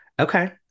okay